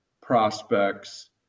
prospects